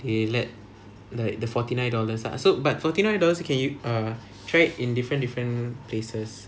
he let like the forty nine dollars lah so but forty nine dollars you can use err train in different different places